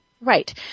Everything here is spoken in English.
Right